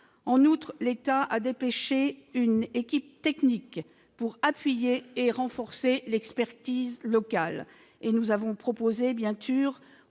En outre, l'État a dépêché une équipe technique pour appuyer et renforcer l'expertise locale. Nous avons bien sûr